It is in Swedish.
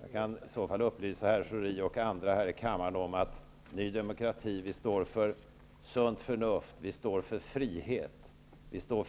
Jag kan då upplysa herr Schori och andra här i kammaren om att Ny demokrati står för sunt förnuft, frihet,